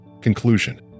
Conclusion